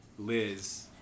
Liz